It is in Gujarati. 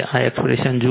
આ એક્સપ્રેશન જુઓ